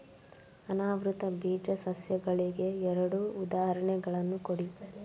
ಅನಾವೃತ ಬೀಜ ಸಸ್ಯಗಳಿಗೆ ಎರಡು ಉದಾಹರಣೆಗಳನ್ನು ಕೊಡಿ